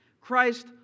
Christ